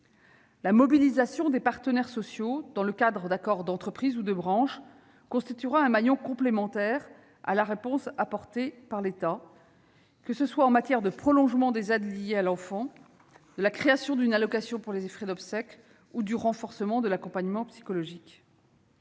La mobilisation des partenaires sociaux dans le cadre d'accords d'entreprise ou de branche, constituera un maillon complémentaire à la réponse apportée par l'État, que ce soit en matière de prolongement des aides liées à l'enfant, de création d'une allocation pour les frais d'obsèques ou du renforcement de l'accompagnement psychologique.